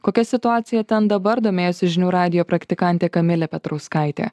kokia situacija ten dabar domėjosi žinių radijo praktikantė kamilė petrauskaitė